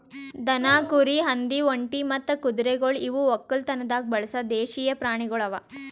ದನ, ಕುರಿ, ಹಂದಿ, ಒಂಟಿ ಮತ್ತ ಕುದುರೆಗೊಳ್ ಇವು ಒಕ್ಕಲತನದಾಗ್ ಬಳಸ ದೇಶೀಯ ಪ್ರಾಣಿಗೊಳ್ ಅವಾ